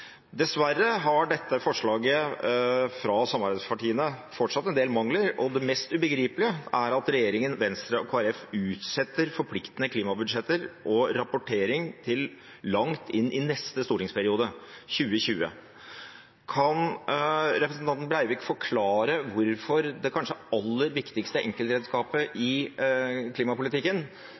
Dessverre har dette forslaget fra samarbeidspartiene fortsatt en del mangler, og det mest ubegripelige er at regjeringen, Venstre og Kristelig Folkeparti utsetter forpliktende klimabudsjetter og rapportering til langt inn i neste stortingsperiode – til 2020. Kan representanten Breivik forklare hvorfor det kanskje aller viktigste enkeltredskapet i klimapolitikken